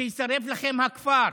שיישרף לכם הכפר.